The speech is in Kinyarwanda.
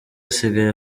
asigaye